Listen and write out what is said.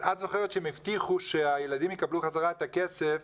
את זוכרת שהם הבטיחו שהילדים יקבלו חזרה את הכסף